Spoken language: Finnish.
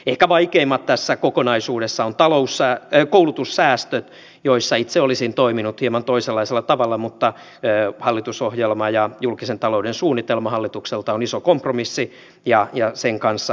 ehkä vaikeimmat tässä kokonaisuudessa ovat koulutussäästöt joissa itse olisin toiminut hieman toisenlaisella tavalla mutta hallitusohjelma ja julkisen talouden suunnitelma hallitukselta ovat iso kompromissi ja sen kanssa nyt etenemme